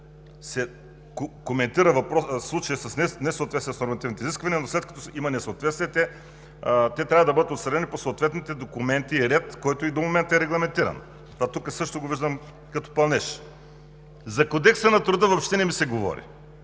се коментира случаят с несъответствие с нормативните изисквания, но след като има несъответствия, те трябва да бъдат отстранени по съответните документи и ред, който и до момента е регламентиран. Това тук също го виждам като пълнеж. За Кодекса на труда въобще не ми се говори.